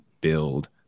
build